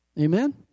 Amen